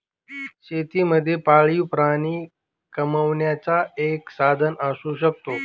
शेती मध्ये पाळीव प्राणी कमावण्याचं एक साधन असू शकतो